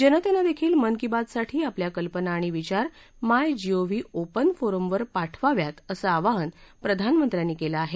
जनतेनं देखील मन की बात साठी आपल्या कल्पना आणि विचार my G O V open फोरमवर पाठवाव्यात असं आवाहन प्रधानमंत्र्यांनी केलं आहे